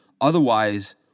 Otherwise